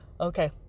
okay